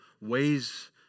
ways